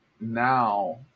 now